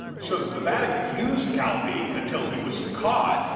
so, the vatican used calvi until he was caught,